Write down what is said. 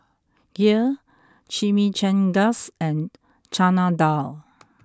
Kheer Chimichangas and Chana Dal